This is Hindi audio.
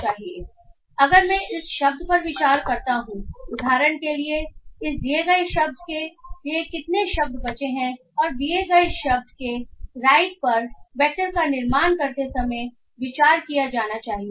इसलिए अगर मैं इस शब्द पर विचार करता हूं उदाहरण के लिए इस दिए गए शब्द के लिए कितने शब्द बचे हैं और दिए गए शब्द के राइट पर वेक्टर का निर्माण करते समय विचार किया जाना चाहिए